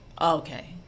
Okay